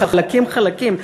בחלקים-חלקים,